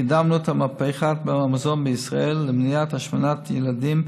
וקידמנו את מהפכת המזון בישראל למניעת השמנת ילדים,